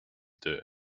töö